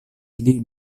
pli